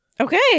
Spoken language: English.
Okay